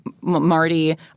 Marty